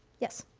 yes.